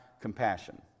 compassion